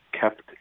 kept